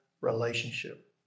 relationship